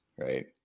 right